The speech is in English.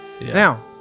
now